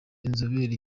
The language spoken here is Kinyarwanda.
inzobere